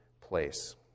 place